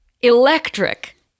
electric